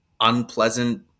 unpleasant